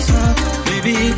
Baby